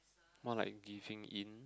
more like giving in